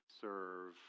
serve